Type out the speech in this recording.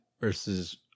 versus